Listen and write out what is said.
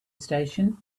station